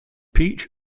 peach